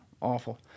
awful